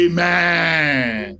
Amen